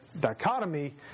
dichotomy